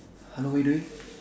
hello what are you doing